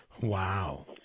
Wow